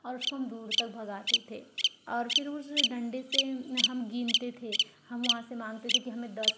और उसको हम दूर तक भगाते थे और फिर उस डंडे से हम गिनते थे हम वहाँ से माँगते थे कि हमें दस